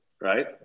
Right